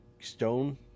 stone